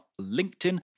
LinkedIn